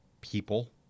people